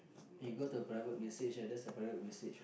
you go to a private message right there's a private message